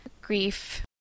grief